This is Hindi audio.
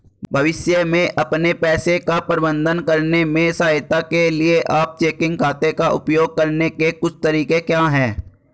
भविष्य में अपने पैसे का प्रबंधन करने में सहायता के लिए आप चेकिंग खाते का उपयोग करने के कुछ तरीके क्या हैं?